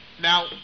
Now